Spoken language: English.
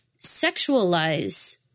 sexualize